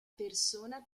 persona